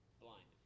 blind